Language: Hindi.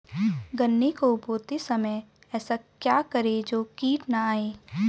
गन्ने को बोते समय ऐसा क्या करें जो कीट न आयें?